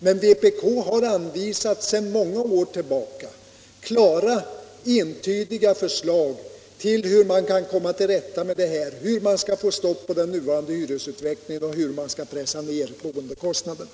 Men vpk har sedan många år klara och tydliga förslag på hur man skall komma till rätta med detta och få stopp på nuvarande hyresutveckling och pressa ned boendekostnaderna.